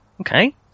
Okay